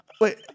Wait